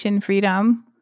freedom